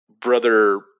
brother